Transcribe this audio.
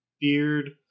beard